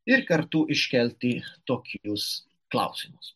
ir kartu iškelti tokius klausimus